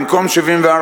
במקום 74,